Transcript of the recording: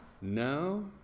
no